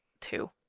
two